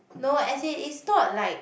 no as in is thought like